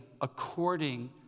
according